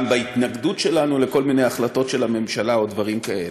גם בהתנגדות שלנו לכל מיני החלטות של הממשלה או דברים כאלה.